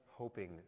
hoping